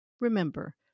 Remember